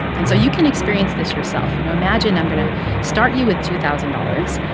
and so you can experience this yourself. you know, imagine i'm going to start you with two thousand dollars,